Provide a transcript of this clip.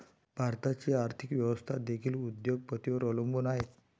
भारताची आर्थिक व्यवस्था देखील उद्योग पतींवर अवलंबून आहे